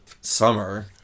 Summer